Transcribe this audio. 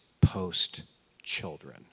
post-children